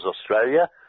Australia